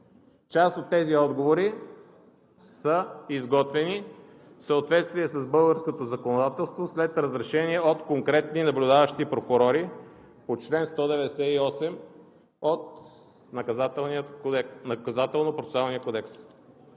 Част от тези отговори са изготвени в съответствие с българското законодателство след разрешение от конкретни наблюдаващи прокурори по чл. 198 от Наказателно-процесуалния кодекс.